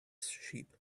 sheep